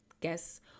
guess